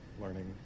learning